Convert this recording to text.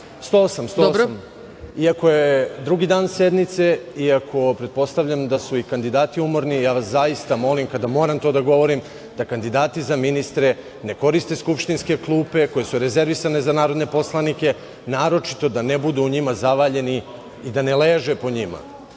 Skupštine. Iako je drugi dan sednice, iako pretpostavljam da su i kandidati umorni, zaista vas molim kada moram to da govorim, da kandidati za ministre ne koriste skupštinske klupe koje su rezervisane za narodne poslanike, naročito da ne budu u njima zavaljeni i da ne leže po njima. Molim